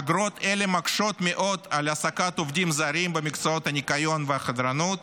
אגרות אלה מקשות מאוד על העסקת עובדים זרים במקצועות הניקיון והחדרנות,